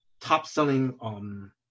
top-selling